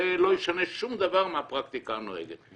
זה לא ישנה שום דבר מהפרקטיקה הנוהגת.